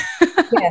Yes